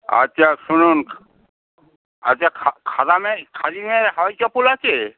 আচ্ছা শুনুন আচ্ছা খা খাদামের খাদিমের হাওয়াই চপ্পল আছে